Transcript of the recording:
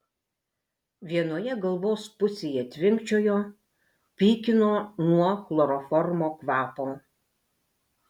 vienoje galvos pusėje tvinkčiojo pykino nuo chloroformo kvapo